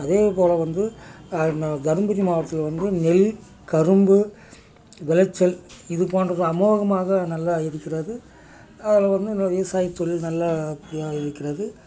அதே போல் வந்து ந தரும்புரி மாவட்டத்தில் வந்து நெல் கரும்பு விளைச்சல் இதுப்போன்றது அமோகமாக நல்லா இருக்கிறது அதில் வந்து விவசாய தொழில் நல்லப்படியாக இருக்கிறது